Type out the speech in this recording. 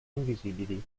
invisibili